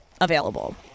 available